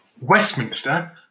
Westminster